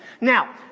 Now